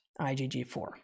IgG4